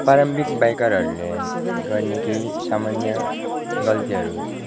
प्रारम्भिक बाइकरहरूले गर्ने केही सामान्य गल्तीहरू